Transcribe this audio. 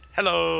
Hello